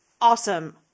Awesome